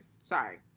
sorry